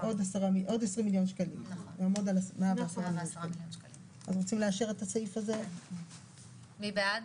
סעיף 14, לגבי השירות הדיפרנציאלי --- מי בעד?